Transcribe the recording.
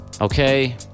Okay